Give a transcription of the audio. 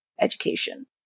education